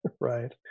right